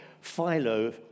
Philo